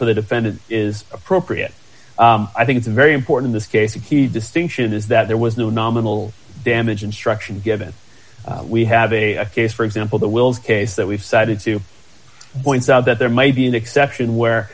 for the defendant is appropriate i think it's very important this case a key distinction is that there was no nominal damage instruction given we have a case for example the wills case that we've cited to point out that there may be an exception where